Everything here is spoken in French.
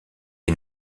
est